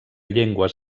llengües